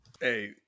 Hey